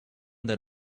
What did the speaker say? that